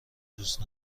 دوست